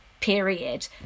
period